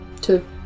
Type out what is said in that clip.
Two